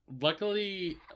Luckily